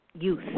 youth